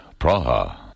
Praha